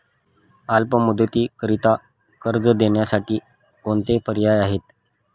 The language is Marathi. अल्प मुदतीकरीता कर्ज देण्यासाठी कोणते पर्याय आहेत?